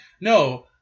no